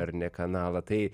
ar ne kanalą tai